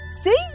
see